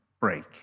break